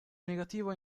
negativo